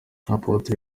apotre